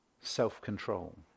Self-control